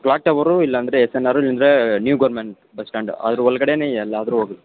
clock ಟವರೂ ಇಲ್ಲಾಂದರೆ S N R ಇಲ್ಲಾ ನ್ಯೂ ಗೌರ್ಮೆಂಟ್ ಬಸ್ ಸ್ಟಾಂಡು ಅದ್ರ ಒಳ್ಗಡೇನೆ ಎಲ್ಲಾದರು ಹೋಗ್ಲಿ